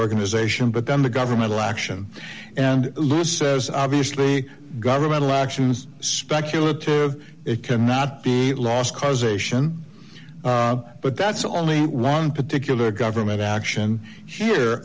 organization but then the governmental action and lew says obviously governmental actions speculative it cannot be lost causation but that's only one particular government action here